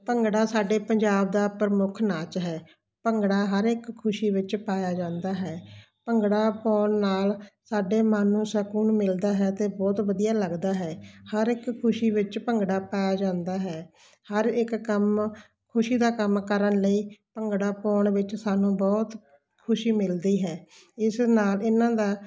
ਭੰਗੜਾ ਸਾਡੇ ਪੰਜਾਬ ਦਾ ਪ੍ਰਮੁੱਖ ਨਾਚ ਹੈ ਭੰਗੜਾ ਹਰ ਇੱਕ ਖੁਸ਼ੀ ਵਿੱਚ ਪਾਇਆ ਜਾਂਦਾ ਹੈ ਭੰਗੜਾ ਪਾਉਣ ਨਾਲ ਸਾਡੇ ਮਨ ਨੂੰ ਸਕੂਨ ਮਿਲਦਾ ਹੈ ਅਤੇ ਬਹੁਤ ਵਧੀਆ ਲੱਗਦਾ ਹੈ ਹਰ ਇੱਕ ਖੁਸ਼ੀ ਵਿੱਚ ਭੰਗੜਾ ਪਾਇਆ ਜਾਂਦਾ ਹੈ ਹਰ ਇੱਕ ਕੰਮ ਖੁਸ਼ੀ ਦਾ ਕੰਮ ਕਰਨ ਲਈ ਭੰਗੜਾ ਪਾਉਣ ਵਿੱਚ ਸਾਨੂੰ ਬਹੁਤ ਖੁਸ਼ੀ ਮਿਲਦੀ ਹੈ ਇਸ ਨਾਲ ਇਨ੍ਹਾਂ ਦਾ